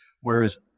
Whereas